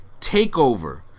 TakeOver